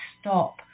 stop